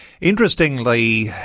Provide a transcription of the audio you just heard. Interestingly